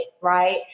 right